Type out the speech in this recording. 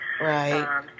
Right